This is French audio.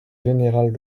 générale